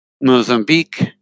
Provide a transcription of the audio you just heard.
Mozambique